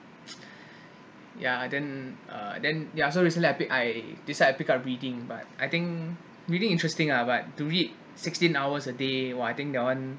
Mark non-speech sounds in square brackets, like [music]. [breath] ya and then uh then ya so recently I pick I decide pick up reading but I think really interesting ah but do it sixteen hours a day !wah! I think that one